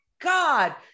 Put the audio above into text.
god